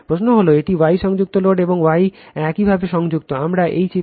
প্রশ্ন হল এটি Y সংযুক্ত লোড এবং Y একইভাবে সংযুক্ত আমরা এই চিত্রে আসব